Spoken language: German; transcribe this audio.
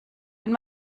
wenn